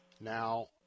Now